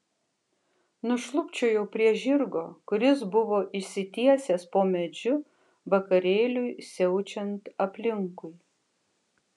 nušlubčiojau prie žirgo kuris buvo išsitiesęs po medžiu vakarėliui siaučiant aplinkui